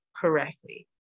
correctly